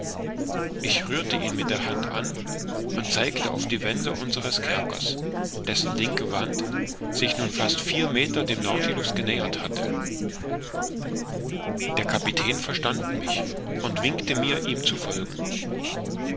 ich rührte ihn mit der hand an und zeigte auf die wände unseres kerkers dessen linke wand sich nun fast vier meter dem nautilus genähert hätte der kapitän verstand mich und winkte mir ihm zu folgen